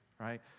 Right